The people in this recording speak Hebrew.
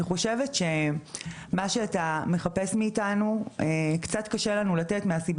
אני חושבת שמה שאתה מחפש מאיתנו קצת קשה לנו לתת מהסיבה